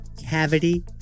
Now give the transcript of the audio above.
Cavity